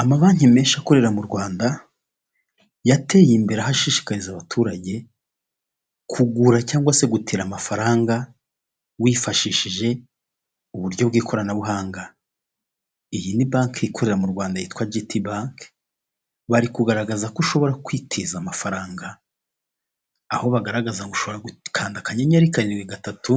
Ama banki menshi akorera mu Rwanda yateye imbere, aho ashishikariza abaturage kugura cyangwa se gutira amafaranga wifashishije uburyo bw'ikoranabuhanga. Iyi ni banki ikorera mu Rwanda yitwa GT bank, bari kugaragaza ko ushobora kwitiza amafaranga, aho bagaragaza ngo ushobora gukanda akanyenyeri, karindwi, gatatu,